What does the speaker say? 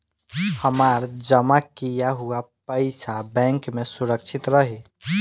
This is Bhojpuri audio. हमार जमा किया हुआ पईसा बैंक में सुरक्षित रहीं?